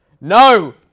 no